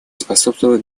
способствуют